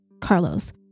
Carlos